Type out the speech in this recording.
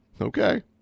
okay